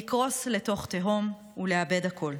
לקרוס לתוך תהום / ולאבד הכול.